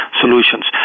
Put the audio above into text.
solutions